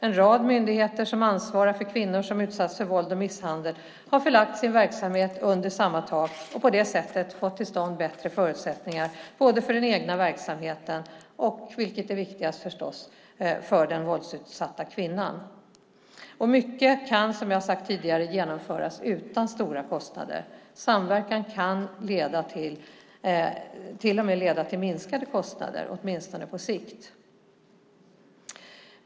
En rad myndigheter som ansvarar för kvinnor som utsatts för våld och misshandel har förlagt sin verksamhet under samma tak och på det sättet fått till stånd bättre förutsättningar för både den egna verksamheten och - vilket är viktigast - den våldsutsatta kvinnan. Mycket kan, som jag har sagt tidigare, genomföras utan stora kostnader. Samverkan kan till och med leda till minskade kostnader, åtminstone på sikt.